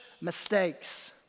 mistakes